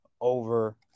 over